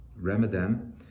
Ramadan